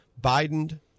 Biden